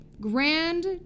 Grand